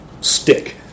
stick